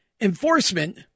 enforcement